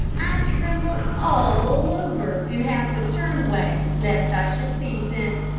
i tremble all over and have to turn away lest i should seize them.